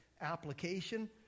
Application